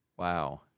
Wow